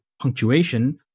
punctuation